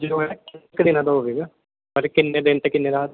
ਕਿੰਨੇ ਦਿਨਾਂ ਦਾ ਹੋਵੇਗਾ ਪਰ ਕਿੰਨੇ ਦਿਨ ਅਤੇ ਕਿੰਨੇ ਰਾਤ